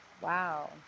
wow